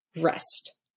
rest